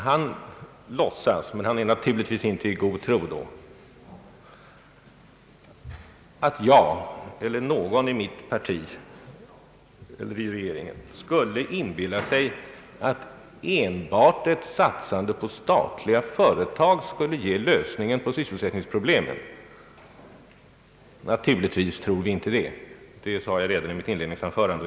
Han låtsas — men han är naturligtvis inte i god tro — att jag eller någon i mitt parti eller i regeringen skulle inbilla sig att enbart ett satsande på statliga företag kan ge lösningen på sysselsättningsproblemen. Naturligtvis tror vi inte det, vilket jag sade redan i mitt inledningsanförande.